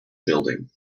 building